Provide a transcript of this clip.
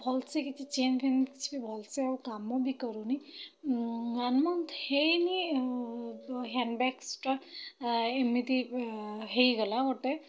ଭଲ ସେ କିଛି ଚେନ୍ ଫେନ୍ କିଛି ବି ଭଲ ସେ ଆଉ କାମ ବି କରୁନି ୱାନ୍ ମନ୍ଥ ହେଇନି ହ୍ୟାଣ୍ଡ ବ୍ୟାଗସ୍ଟା ଏମିତି ହେଇଗଲା ଗୋଟେ